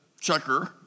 checker